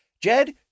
Jed